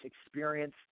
experience